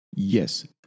Yes